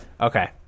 Okay